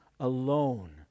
alone